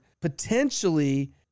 potentially